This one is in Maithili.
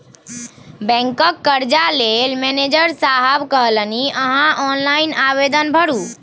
बैंकक कर्जा लेल मनिजर साहेब कहलनि अहॅँ ऑनलाइन आवेदन भरू